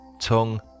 tongue